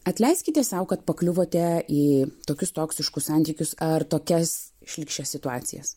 atleiskite sau kad pakliuvote į tokius toksiškus santykius ar tokias šlykščias situacijas